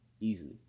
Easily